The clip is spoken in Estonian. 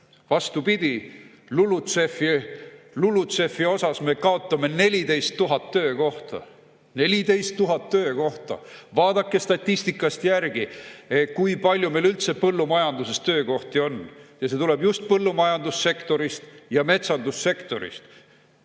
Vastupidi, LULUCF-i osas me kaotame 14 000 töökohta. 14 000 töökohta! Vaadake statistikast järgi, kui palju meil üldse põllumajanduses töökohti on. See tuleb just põllumajandussektorist ja metsandussektorist.